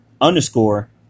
underscore